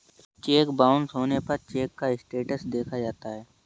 check bounce होने पर cheque का स्टेटस देखा जाता है